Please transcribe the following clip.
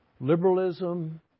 liberalism